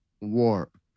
warp